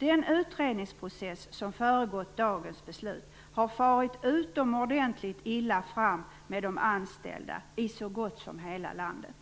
Den utredningsprocess som föregått dagens beslut har farit utomordentligt illa fram med de anställda i så gott som hela landet.